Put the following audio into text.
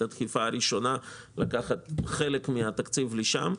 הדחיפה הראשונה לקחת חלק מהתקציב לשם.